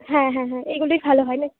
হ্যাঁ হ্যাঁ হ্যাঁ এইগুলোই ভালো হয় না